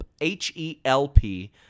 H-E-L-P